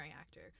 actor